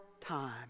time